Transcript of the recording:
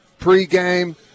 pregame